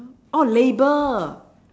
oh label